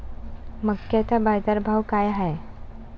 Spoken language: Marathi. मक्याचा बाजारभाव काय हाय?